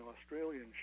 Australian